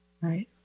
Right